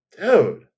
Dude